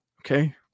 Okay